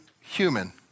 human